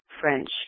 French